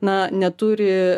na neturi